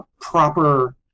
proper